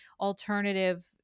alternative